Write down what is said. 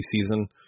season